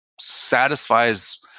satisfies